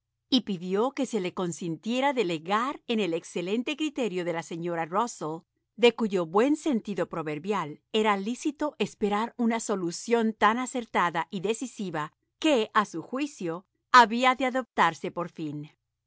y pidió que se le consintiera delegar en el excelente criterio de la señora rusell de cuyo buen sentido proverbial era lícito esperar una solución taai acertada y decisiva que a su juicio había de adoptarse por fin